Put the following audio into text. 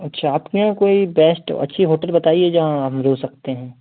अच्छा आपके यहाँ कोई बेस्ट और अच्छी होटल बताइए जहाँ हम रुक सकते हैं